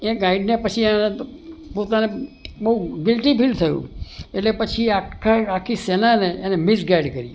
એ ગાઈડને પછી બઉ ગિલ્ટી ફીલ થયું એટલે પછી એણે આખી સેનાને એણે મિસગાઈડ કરી